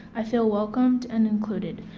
i feel welcomed and included.